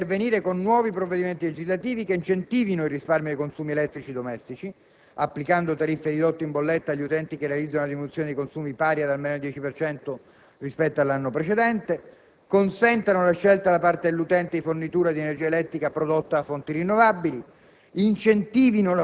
Proponiamo, pertanto, di intervenire con nuovi provvedimenti legislativi che incentivino il risparmio dei consumi elettrici domestici, applicando tariffe ridotte in bolletta agli utenti che realizzano una diminuzione dei consumi pari ad almeno il 10 per cento rispetto all'anno precedente; consentano la scelta, da parte dell'utente, di fornitura di energia elettrica prodotta con fonti rinnovabili;